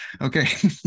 Okay